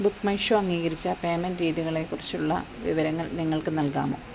book My Show അംഗീകരിച്ച payment രീതികളെക്കുറിച്ചുള്ള വിവരങ്ങൾ നിങ്ങൾക്ക് നൽകാമോ